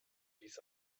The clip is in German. dies